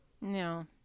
No